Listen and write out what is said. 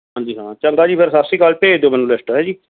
ਹਾਂਜੀ ਹਾਂ ਚੰਗਾ ਜੀ ਫਿਰ ਸਤਿ ਸ਼੍ਰੀ ਅਕਾਲ ਭੇਜ ਦਿਓ ਮੈਨੂੰ ਲਿਸਟ ਹੈ ਜੀ